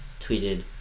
tweeted